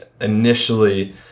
initially